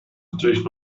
natürlich